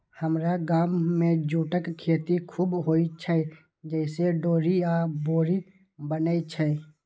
हमरा गाम मे जूटक खेती खूब होइ छै, जइसे डोरी आ बोरी बनै छै